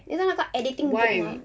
你知道那个 editing good mah